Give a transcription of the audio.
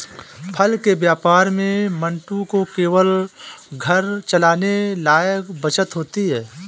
फल के व्यापार में मंटू को केवल घर चलाने लायक बचत होती है